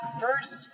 First